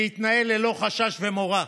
להתנהל ללא חשש ומורא,